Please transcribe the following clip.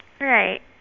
Right